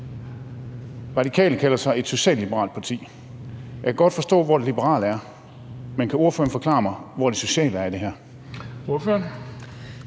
Radikale kalder sig et socialliberalt parti. Jeg kan godt forstå, hvor det liberale er, men kan ordføreren forklare mig, hvor det sociale i det her